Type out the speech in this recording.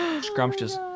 Scrumptious